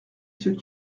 ceux